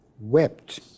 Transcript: wept